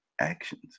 actions